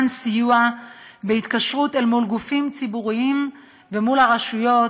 בהתקשרות עם גופים ציבוריים ועם הרשויות,